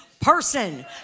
person